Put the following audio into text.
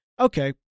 Okay